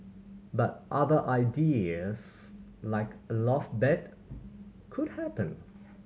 but other ideas like a loft bed could happen